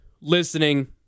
listening